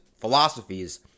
philosophies